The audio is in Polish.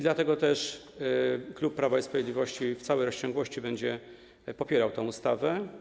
Dlatego też klub Prawa i Sprawiedliwości w całej rozciągłości będzie popierał tę ustawę.